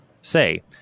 Say